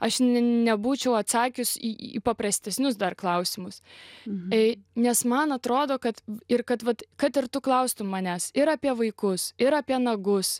aš nebūčiau atsakius į paprastesnius dar klausimus ei nes man atrodo kad ir kad vat ir tu klaustum manęs ir apie vaikus ir apie nagus